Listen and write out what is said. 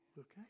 Okay